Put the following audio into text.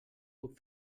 puc